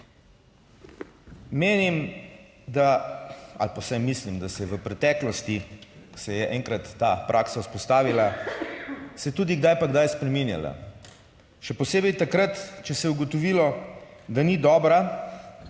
Menim, da, ali pa vsaj mislim, da se je v preteklosti, se je enkrat ta praksa vzpostavila, se tudi kdaj pa kdaj spreminjala, še posebej takrat, če se je ugotovilo, da ni dobra